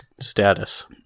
status